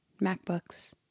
MacBooks